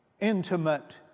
intimate